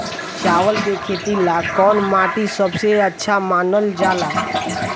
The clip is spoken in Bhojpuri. चावल के खेती ला कौन माटी सबसे अच्छा मानल जला?